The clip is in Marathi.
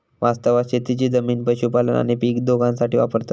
वास्तवात शेतीची जमीन पशुपालन आणि पीक दोघांसाठी वापरतत